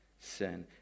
sin